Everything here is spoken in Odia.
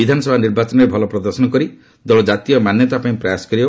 ବିଧାନସଭା ନିର୍ବାଚନରେ ଭଲ ପ୍ରଦର୍ଶନ କରି ଦଳ ଜାତୀୟ ମାନ୍ୟତା ପାଇଁ ପ୍ରୟାସ କରିବ